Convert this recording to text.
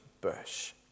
bush